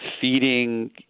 feeding